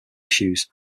issues